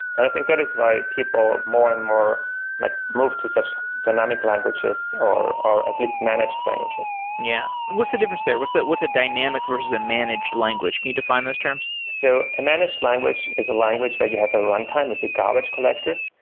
i think that is why people more and more like move to such dynamic languages or or at least managed languages. yeah. what's the difference there? what's a dynamic versus a managed language? can you define those terms? so a managed language is a language where you have a runtime as a garbage collector.